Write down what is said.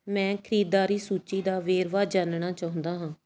ਮੈਂ ਖਰੀਦਦਾਰੀ ਸੂਚੀ ਦਾ ਵੇਰਵਾ ਜਾਣਨਾ ਚਾਹੁੰਦਾ ਹਾਂ